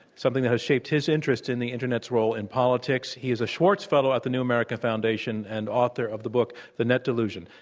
something that has shaped his interest in the internet's role in politics, he is a schwartz fellow at the new american foundation, and author of the book, the net delusion,